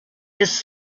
his